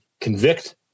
convict